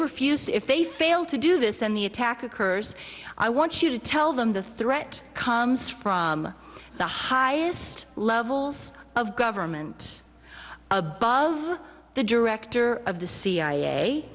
refuse if they fail to do this and the attack occurs i want you to tell them the threat comes from the highest levels of government above the director of the c